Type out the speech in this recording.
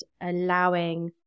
allowing